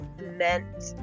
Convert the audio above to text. meant